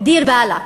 "דיר באלכ",